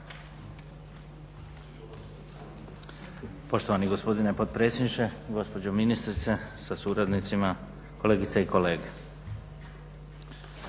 Poštovani gospodine potpredsjedniče, gospođo ministrice sa suradnicima, kolegice i kolege.